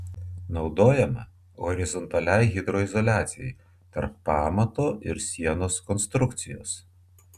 naudojama horizontaliai hidroizoliacijai tarp pamato ir sienos konstrukcijos